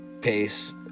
pace